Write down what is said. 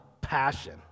passion